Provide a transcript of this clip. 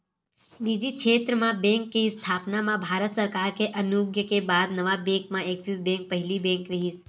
निजी छेत्र म बेंक के इस्थापना म भारत सरकार के अनुग्या के बाद नवा बेंक म ऐक्सिस बेंक पहिली बेंक रिहिस